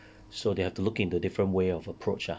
so they have to look into different way of approach ah